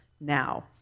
Now